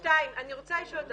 דבר שני, אני רוצה לשאול אותך.